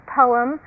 poem